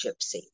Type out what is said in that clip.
gypsy